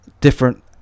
different